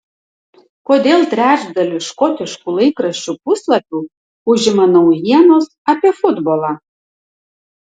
kodėl trečdalį škotiškų laikraščių puslapių užima naujienos apie futbolą